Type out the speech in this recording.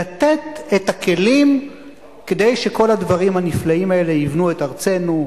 לתת את הכלים כדי שכל הדברים הנפלאים האלה יבנו את ארצנו,